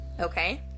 Okay